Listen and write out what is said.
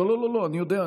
לא לא לא, אני יודע.